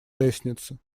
лестнице